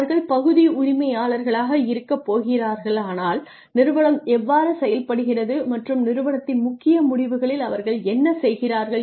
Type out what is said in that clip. அவர்கள் பகுதி உரிமையாளர்களாக இருக்கப் போகிறார்களானால் நிறுவனம் எவ்வாறு செயல்படுகிறது மற்றும் நிறுவனத்தின் முக்கிய முடிவுகளில் அவர்கள் என்ன செய்கிறார்கள்